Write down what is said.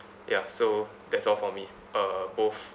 ya so that's all for me uh both